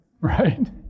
right